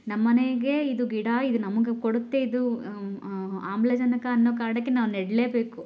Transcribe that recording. ನಮ್ಮನೆಗೆ ಇದು ಗಿಡ ಇದು ನಮಗೆ ಕೊಡುತ್ತೆ ಇದು ಆಮ್ಲಜನಕ ಅನ್ನೋ ಕಾರಣಕ್ಕೆ ನಾವು ನೆಡಲೇಬೇಕು